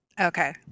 Okay